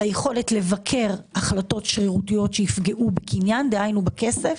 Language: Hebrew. ליכולת לבקר החלטות שרירותיות שיפגעו בקניין דהיינו בכסף,